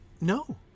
No